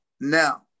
now